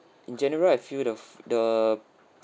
in general I feel the f~ the